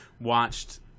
watched